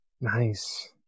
Nice